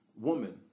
woman